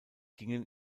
gingen